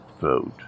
vote